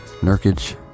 Nurkic